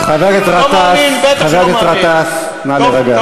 חבר הכנסת גטאס, נא להירגע.